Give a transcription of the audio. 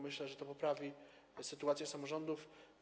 Myślę, że to poprawi sytuację samorządów.